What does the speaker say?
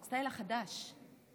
הסטייל החדש,